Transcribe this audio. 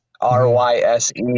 R-Y-S-E